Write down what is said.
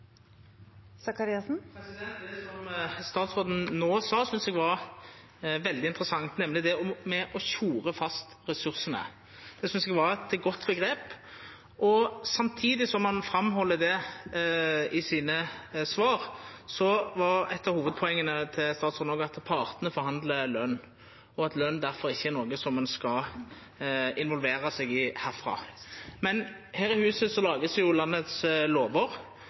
statsråden no sa, synest eg var veldig interessant, nemleg det med å tjora fast ressursane. Det synest eg var eit godt omgrep. Samtidig som han held fram det i svara sine, var eit av hovudpoenga til statsråden òg at partane forhandlar løn, og at løn derfor ikkje er noko som ein skal involvera seg i herfrå. Men her i huset